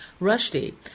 Rushdie